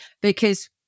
Because-